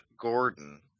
Gordon